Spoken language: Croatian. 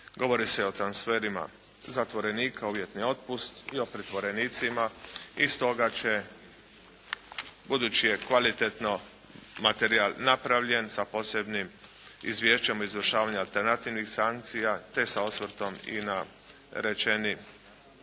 Govori se o transferima zatvorenika, uvjetni otpust i o pritvorenicima. I stoga će, budući je kvalitetno materijal napravljen sa posebnim Izvješćem o izvršavanju alternativnih sankcija te sa osvrtom i na rečeno